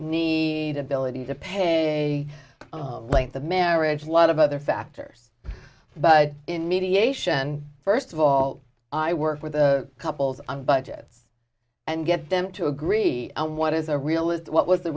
ability to pay a late the marriage lot of other factors but in mediation first of all i work with the couples on budgets and get them to agree on what is a realist what was the